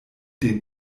den